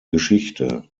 geschichte